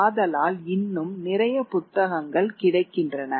ஆதலால் இன்னும் நிறைய புத்தகங்கள் கிடைக்கின்றன